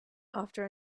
after